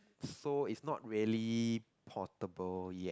so is not really portable yet